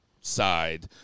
side